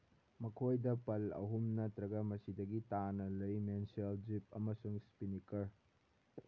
ꯃꯈꯣꯏꯗ ꯄꯜ ꯑꯍꯨꯝꯅ ꯅꯠꯇ꯭ꯔꯒ ꯃꯁꯤꯗꯒꯤ ꯇꯥꯅ ꯂꯩ ꯃꯦꯟꯁꯦꯜ ꯖꯤꯕ ꯑꯃꯁꯨꯡ ꯏꯁꯄꯤꯅꯤꯀꯔ